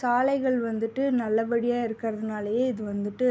சாலைகள் வந்துட்டு நல்லபடியாக இருக்கிறதுனாலையே இது வந்துட்டு